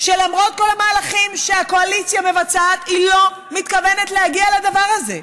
שלמרות כל המהלכים שהקואליציה מבצעת היא לא מתכוונת להגיע לדבר הזה,